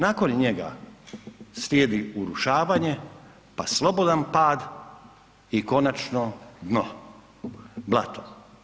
Nakon njega, slijedi urušavanje pa slobodan pad i konačno dno, blato.